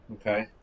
Okay